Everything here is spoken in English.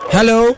Hello